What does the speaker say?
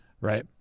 right